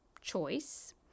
choice